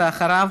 ואחריו,